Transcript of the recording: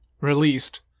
released